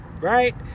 Right